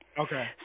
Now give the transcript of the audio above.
Okay